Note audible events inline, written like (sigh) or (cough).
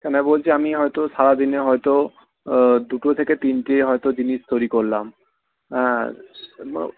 কেন বলছি আমি হয়তো সারাদিনে হয়তো দুটো থেকে তিনটে হয়তো জিনিস তৈরি করলাম হ্যাঁ (unintelligible)